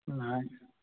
ନାହିଁ